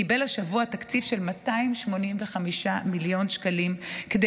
קיבל השבוע תקציב של 285 מיליון שקלים כדי